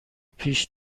پیش